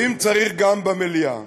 ואם צריך, גם במליאה.